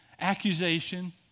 accusation